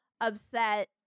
upset